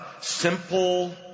simple